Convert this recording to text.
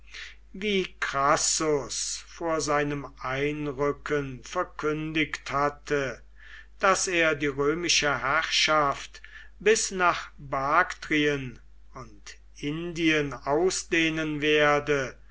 wie crassus vor seinem einrücken verkündigt hatte daß er die römische herrschaft bis nach baktrien und indien ausdehnen werde